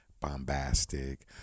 bombastic